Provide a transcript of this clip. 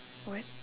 what